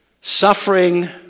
Suffering